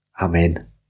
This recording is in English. Amen